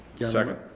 Second